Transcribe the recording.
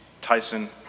Tyson